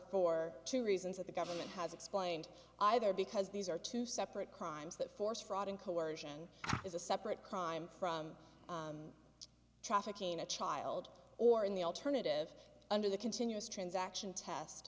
for two reasons that the government has explained either because these are two separate crimes that force fraud and coercion is a separate crime from trafficking a child or in the alternative under the continuous transaction test